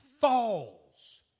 falls